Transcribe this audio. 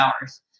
hours